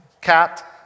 cat